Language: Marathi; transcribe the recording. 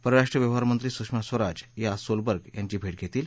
परराष्ट्र व्यवहार मंत्री सुषमा स्वराज या सोलवर्ग यांची भेट घेतील